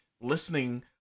listening